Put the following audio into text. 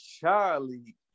Charlie